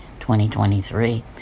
2023